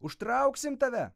užtrauksim tave